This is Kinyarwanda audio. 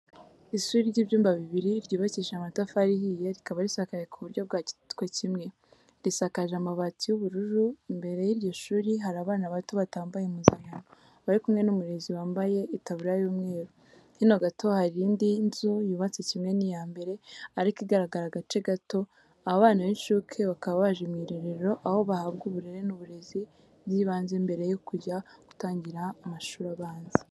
Ishuri ry'ibyumba bibiri, ryubakishije amatafari ahiye rikaba risakaye ku buryo bwa gitwekimwe, risakaje amabati y'ubururu. Imbere y'iryo shuri hari abana bato batambaye impuzankano, bari kumwe n'umurezi wambaye itaburiya y'umweru. Hino gato hari indi nzu yubatse kimwe n'iya mbere, ariko igaragara agace gato. Aba bana b'incuke bakaba baje mu irerero, aho bahabwa uburere n'uburezi by'ibanze mbere yo kujya gutangira amashuri abanza.